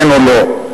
כן או לא.